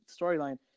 storyline